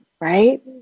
right